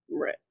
Right